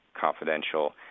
confidential